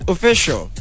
Official